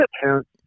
parents